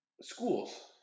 schools